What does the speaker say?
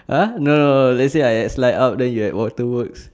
!huh! no no no no let's say I at slide out then you at water works